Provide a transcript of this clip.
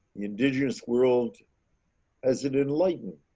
indigenous world has an enlightened.